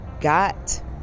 got